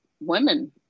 women